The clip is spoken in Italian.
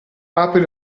apri